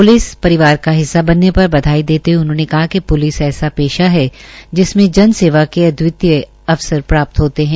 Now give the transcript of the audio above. police परिवार का हिस्सा बनने पर बधाई देते हये उन्होंने कहा कि प्लिस ऐसा पेशा है जिसमे जन सेवा के अद्वितीय अवसर प्राप्त होते है